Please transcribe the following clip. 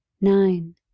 Nine